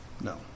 No